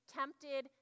tempted